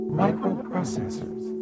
microprocessors